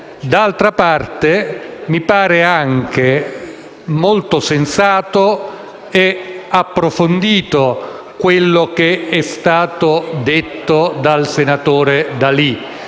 D'altra parte, mi pare anche molto sensato e approfondito quanto detto dal senatore D'Alì,